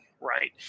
right